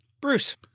Bruce